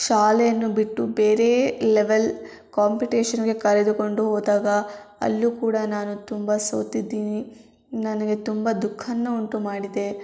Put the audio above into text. ಶಾಲೆಯನ್ನು ಬಿಟ್ಟು ಬೇರೆಯೇ ಲೆವೆಲ್ ಕಾಂಪಿಟೇಷನ್ಗೆ ಕರೆದುಕೊಂಡು ಹೋದಾಗ ಅಲ್ಲೂ ಕೂಡ ನಾನು ತುಂಬ ಸೋತಿದ್ದೀನಿ ನನಗೆ ತುಂಬ ದುಃಖವನ್ನು ಉಂಟು ಮಾಡಿದೆ